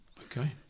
Okay